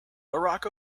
barack